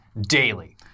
daily